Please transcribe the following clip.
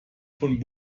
von